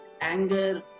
anger